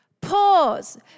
Pause